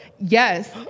Yes